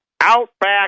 Outback